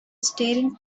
staring